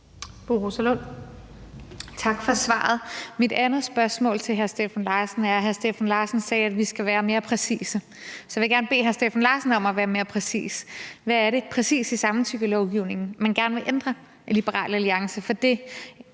Tak for svaret. Så har jeg et andet spørgsmål til hr. Steffen Larsen. Hr. Steffen Larsen sagde, at vi skal være mere præcise. Så vil jeg gerne bede hr. Steffen Larsen om at være mere præcis. Hvad er det præcis i samtykkelovgivningen, man gerne vil ændre i Liberal Alliance? For jeg